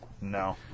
No